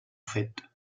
fet